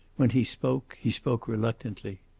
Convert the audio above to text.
when he spoke, he spoke reluctantly.